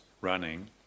running